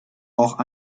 auch